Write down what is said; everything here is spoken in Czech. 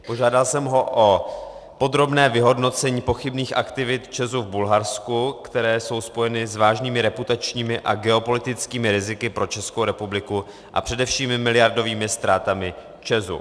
Požádal jsem ho o podrobné vyhodnocení pochybných aktivit ČEZu v Bulharsku, které jsou spojeny s vážnými reputačními a geopolitickými riziky pro Českou republiku a především miliardovými ztrátami ČEZu.